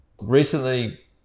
Recently